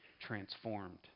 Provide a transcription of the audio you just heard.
transformed